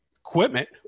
equipment